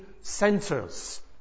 centres